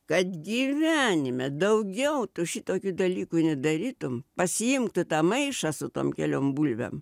kad gyvenime daugiau tu šitokių dalykų nedarytum pasiimk tu tą maišą su tom keliom bulvėm